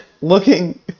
looking